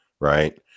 right